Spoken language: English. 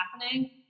happening